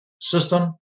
system